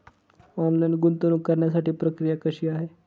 Online गुंतवणूक करण्यासाठी प्रक्रिया कशी आहे?